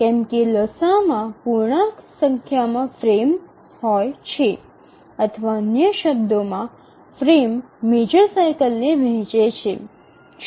કેમ કે લસાઅ માં પૂર્ણાંક સંખ્યામાં ફ્રેમ્સ હોય છે અથવા અન્ય શબ્દોમાં ફ્રેમ મેજર સાઇકલને વહેંચે છે